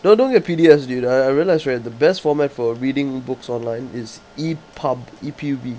no don't get P_D_F dude I I realized right the best format for reading books online is E_pub E P U B